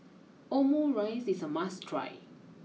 Omurice is a must try